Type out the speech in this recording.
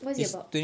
what is it about